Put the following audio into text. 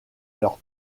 leurs